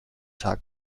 tag